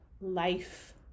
life